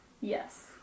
Yes